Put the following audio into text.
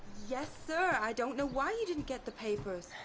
yes sir, i don't know why you didn't get the papers.